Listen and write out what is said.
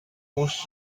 都市